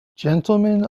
gentlemen